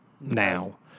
now